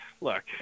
Look